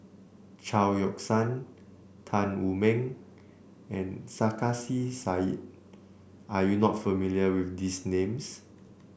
Chao Yoke San Tan Wu Meng and Sarkasi Said are you not familiar with these names